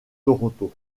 toronto